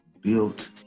built